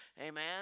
amen